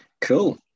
cool